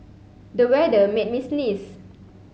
the weather made me sneeze